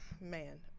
man